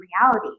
reality